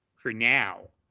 for now,